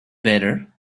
better